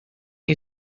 you